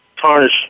tarnish